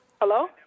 Hello